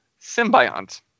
symbiont